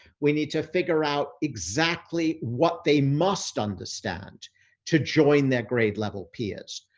we need to figure out exactly what they must understand to join their grade level peers,